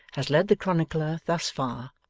has led the chronicler thus far,